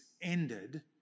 ended